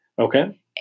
Okay